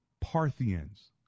Parthians